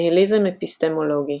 ניהיליזם אפיסטמולוגי